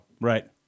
Right